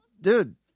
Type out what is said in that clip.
Dude